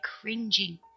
cringing